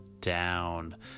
down